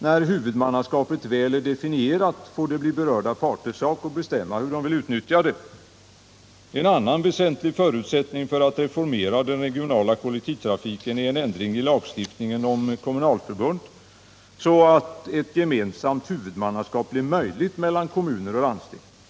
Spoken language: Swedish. När huvudmannaskapet väl är definierat får det bli berörda parters sak att bestämma hur de vill utnyttja det. En annan väsentlig förutsättning för att kunna reformera den regionala kollektivtrafiken är en ändring av lagstiftningen om kommunalförbund, så att ett gemensamt huvudmannaskap mellan kommuner och landsting blir möjligt.